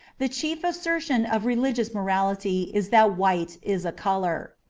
the chief assertion of religious morality is that white is a colour.